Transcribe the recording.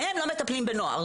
והם לא מטפלים בנוער.